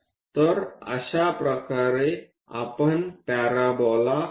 तर अशाप्रकारे आपण पॅराबोला बनवतो